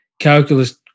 calculus